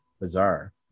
bizarre